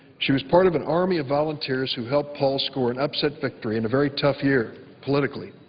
she was part of an army of volunteers who helped paul score an upset victory in a very tough year politically.